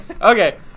Okay